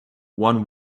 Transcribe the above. one